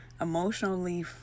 emotionally